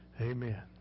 amen